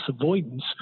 avoidance